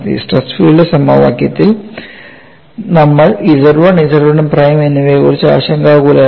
stress field സമവാക്യത്തിൽ നമ്മൾ Z 1 Z 1 prime എന്നിവയെക്കുറിച്ച് ആശങ്കാകുലരായിരുന്നു